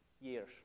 years